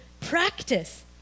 practice